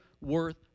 worth